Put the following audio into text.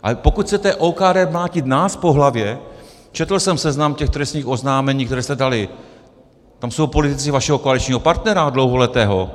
Ale pokud chcete OKD mlátit nás po hlavě, četl jsem seznam těch trestních oznámení, která jste dali, tam jsou politici vašeho koaličního partnera dlouholetého.